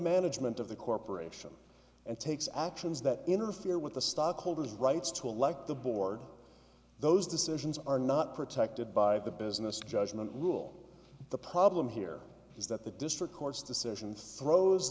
management of the corporation and takes actions that interfere with the stockholders rights to elect the board those decisions are not protected by the business judgment rule the problem here is that the district court's decision throws